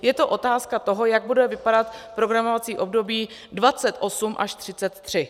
Je to otázka toho, jak bude vypadat programovací období 28 až 33.